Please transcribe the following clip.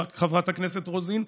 חברת הכנסת רוזין,